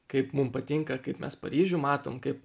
kaip mum patinka kaip mes paryžių matom kaip